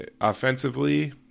offensively